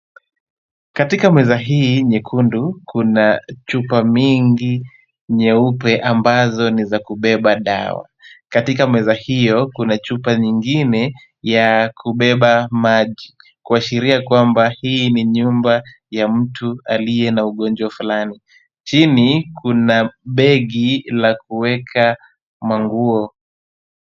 Katika meza hii nyekundu, kuna chupa mingi nyeupe ambazo ni za kubeba dawa. Katika meza hiyo kuna chupa nyingine ya kubeba maji, kuashiria kwamba hii ni nyumba ya mtu aliye na ugonjwa fulani. Chini kuna begi la kuweka manguo.